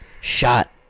shot